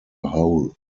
whole